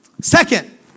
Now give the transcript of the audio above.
Second